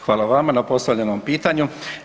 Hvala vama na postavljenom pitanju.